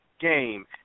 game